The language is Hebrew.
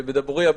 בדבורייה.